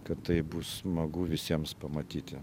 kad tai bus smagu visiems pamatyti